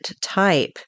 type